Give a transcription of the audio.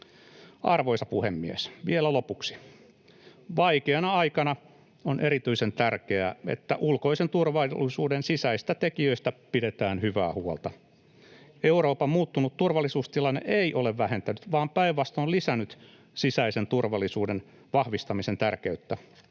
Arvoisa puhemies! Vielä lopuksi: Vaikeana aikana on erityisen tärkeää, että ulkoisen turvallisuuden sisäisistä tekijöistä pidetään hyvää huolta. Euroopan muuttunut turvallisuustilanne ei ole vähentänyt vaan päinvastoin lisännyt sisäisen turvallisuuden vahvistamisen tärkeyttä.